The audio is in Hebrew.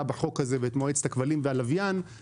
ואת מועצת הכבלים והלוויין בחוק הזה,